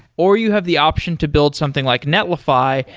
or you have the option to build something like netlify,